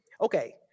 Okay